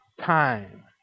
time